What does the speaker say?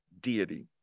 deity